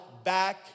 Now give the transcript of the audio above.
Back